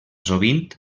sovint